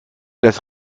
das